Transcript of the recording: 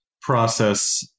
process